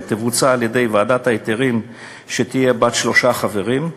תבוצע על-ידי ועדת ההיתרים שתהיה בעלת שלושה חברים: